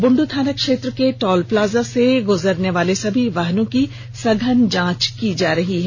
बुंडू थाना क्षेत्र के टोल प्लाजा से गुजरने वाले सभी वाहनों की सघन जांच की जा रही है